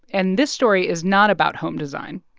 and this story is not about home design.